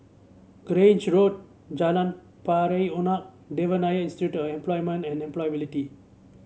Grange Road Jalan Pari Unak Devan Nair Institute of Employment and Employability